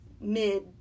mid